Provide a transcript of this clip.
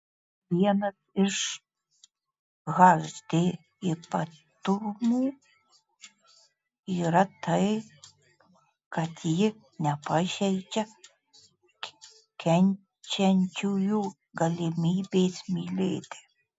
vienas iš hd ypatumų yra tai kad ji nepažeidžia kenčiančiųjų galimybės mylėti